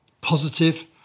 positive